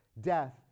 death